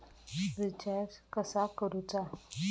Recharge कसा करूचा?